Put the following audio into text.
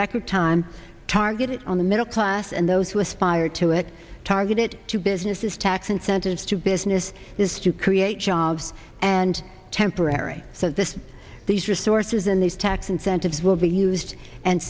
record time targeted on the middle class and those who aspire to it targeted to businesses tax incentives to business is to create jobs and temporary so this these resources and these tax incentives will be used and